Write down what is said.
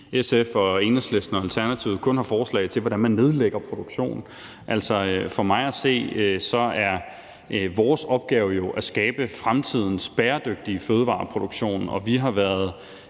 SF, Enhedslisten og Alternativet kun har forslag til, hvordan man nedlægger produktion. For mig at se er vores opgave jo at skabe fremtidens bæredygtige fødevareproduktion, og vi har været